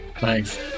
Thanks